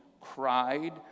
cried